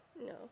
no